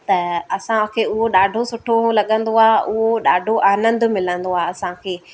त असांखे उहो ॾाढो सुठो लॻंदो आहे उहो ॾाढो आनंदु मिलंदो आहे असांखे